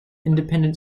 independent